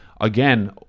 again